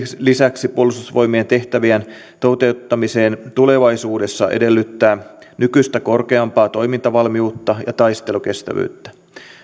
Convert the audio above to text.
lisäksi puolustusvoimien tehtävien toteuttaminen tulevaisuudessa edellyttää nykyistä korkeampaa toimintavalmiutta ja taistelukestävyyttä